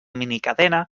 minicadena